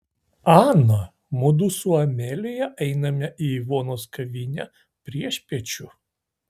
ana mudu su amelija einame į ivonos kavinę priešpiečių